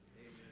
Amen